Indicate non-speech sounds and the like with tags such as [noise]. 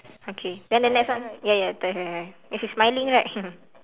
okay then the next one ya ya correct correct correct and she's smiling right [laughs]